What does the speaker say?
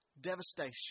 devastation